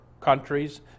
countries